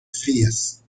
frías